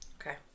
Okay